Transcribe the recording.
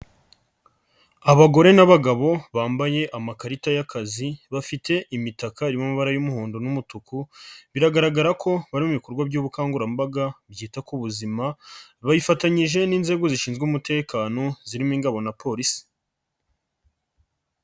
Abagore n'abagabo bambaye amakarita y'akazi, bafite imita irimo amabara y'umuhondo n'umutuku, biragaragara ko barimo mu ibikorwa by'ubukangurambaga byita ku buzima, bayifatanyije n'inzego zishinzwe umutekano zirimo ingabo na Polisi.